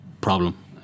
problem